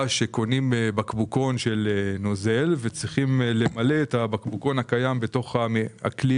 שקונים בקבוקון של נוזל שצריכים למלא בתוך הכלי